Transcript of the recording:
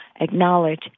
Acknowledge